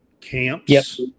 camps